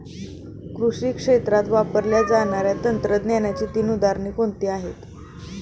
कृषी क्षेत्रात वापरल्या जाणाऱ्या तंत्रज्ञानाची तीन उदाहरणे कोणती आहेत?